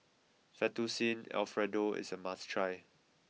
Fettuccine Alfredo is a must try